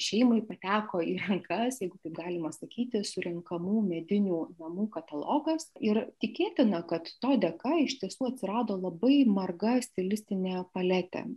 šeimai pateko į rankas jeigu taip galima sakyti surenkamų medinių namų katalogas ir tikėtina kad to dėka iš tiesų atsirado labai marga stilistinė paletė